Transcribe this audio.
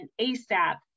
ASAP